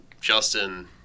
Justin